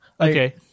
Okay